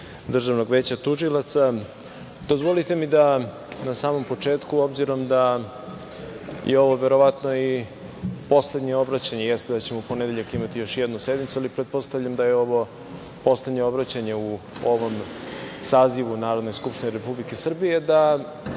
Državnog veća tužilaca, dozvolite mi da na samom početku, obzirom da je ovo verovatno i poslednje obraćanje, jeste da ćemo u ponedeljak imati još jednu sednicu, ali pretpostavljam da je ovo poslednje obraćanje u ovom sazivu Narodne skupštine Republike Srbije, da